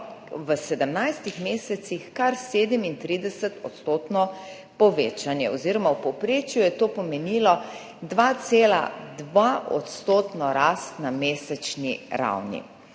v 17 mesecih kar 37-odstotno povečanje oziroma v povprečju je to pomenilo 2,2-odstotno rast na mesečni ravni.